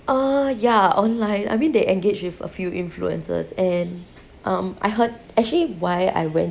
uh yeah online I mean they engage with a few influencers and um I heard actually why I went